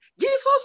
Jesus